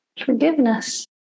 Forgiveness